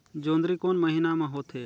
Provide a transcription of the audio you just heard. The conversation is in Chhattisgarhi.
जोंदरी कोन महीना म होथे?